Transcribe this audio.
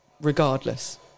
regardless